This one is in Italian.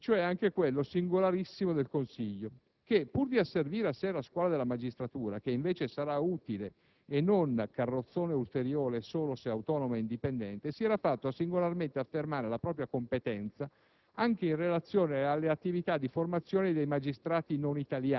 già peraltro la Commissione ha reso giustizia, ne va ricordato uno e cioè anche quello, singolarissimo, del Consiglio superiore della magistratura, che, pur di asservire a se la scuola della magistratura (che invece sarà utile, e non carrozzone ulteriore, solo se autonoma e indipendente), si era fatto singolarmente affermare la propria competenza